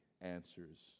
answers